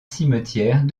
cimetière